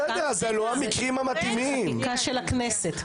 זו חקיקה של הכנסת.